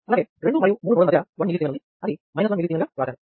అలాగే 2 మరియు 3 నోడ్ ల మధ్య 1mS ఉంది అది " 1mS " గా వ్రాశాను